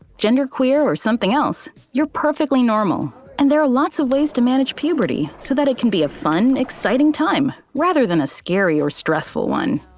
gender queer, or something else, you're perfectly normal, and there are lots of ways to manage puberty, so that it can be a fun, exciting time, rather than a scary or stressful one.